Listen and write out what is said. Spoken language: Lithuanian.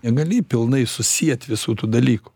negali pilnai susiet visų tų dalykų